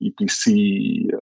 EPC